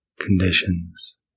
conditions